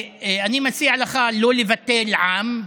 ציין, אני מציע לך לא לבטל עם,